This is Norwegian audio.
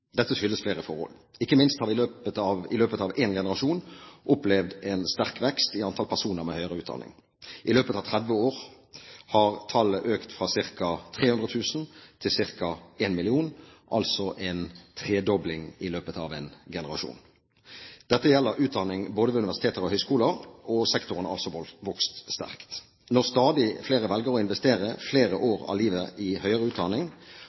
Dette skyldes flere forhold. Ikke minst har vi i løpet av en generasjon opplevd en sterk vekst i antall personer med høyere utdanning. I løpet av 30 år har tallet økt fra ca. 300 000 til ca. 1 million, altså en tredobling i løpet av en generasjon. Dette gjelder utdanning ved både universiteter og høyskoler, og sektoren har altså vokst sterkt. Når stadig flere velger å investere flere år av livet i høyere utdanning,